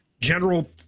General